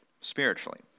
spiritually